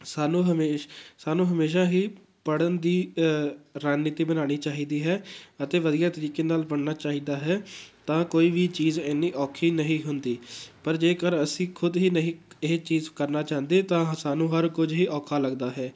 ਸਾਨੂੰ ਹਮੇਸ਼ ਸਾਨੂੰ ਹਮੇਸ਼ਾ ਹੀ ਪੜ੍ਹਨ ਦੀ ਰਣਨੀਤੀ ਬਣਾਉਣੀ ਚਾਹੀਦੀ ਹੈ ਅਤੇ ਵਧੀਆ ਤਰੀਕੇ ਨਾਲ਼ ਪੜ੍ਹਨਾ ਚਾਹੀਦਾ ਹੈ ਤਾਂ ਕੋਈ ਵੀ ਚੀਜ਼ ਇੰਨੀ ਔਖੀ ਨਹੀਂ ਹੁੰਦੀ ਪਰ ਜੇਕਰ ਅਸੀਂ ਖੁਦ ਹੀ ਨਹੀਂ ਇਹ ਚੀਜ਼ ਕਰਨਾ ਚਾਹੁੰਦੇ ਤਾਂ ਸਾਨੂੰ ਹਰ ਕੁਝ ਹੀ ਔਖਾ ਲੱਗਦਾ ਹੈ